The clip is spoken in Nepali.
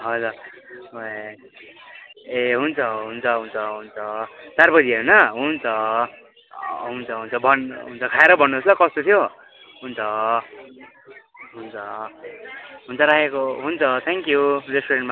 हजुर ए ए हुन्छ हुन्छ हुन्छ चार बजी होइन हुन्छ हुन्छ हुन्छ भन् हुन्छ खाएर भन्नुहोस् ल कस्तो थियो हुन्छ हुन्छ राखेको हुन्छ थ्याङ्क यू रेस्टुरेन्टमा